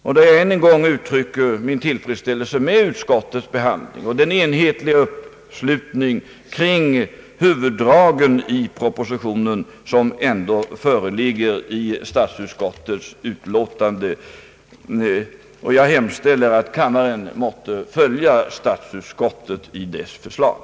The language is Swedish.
Jag vill än en gång uttrycka min tillfredsställelse över utskottets behandling och över den enhälliga uppslutningen kring huvuddragen i propositionen från statsutskottets sida. Jag hemställer att kammaren måtte följa statsutskottet i dess förslag.